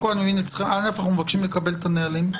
אנחנו מבקשים לקבל את הנהלים.